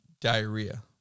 diarrhea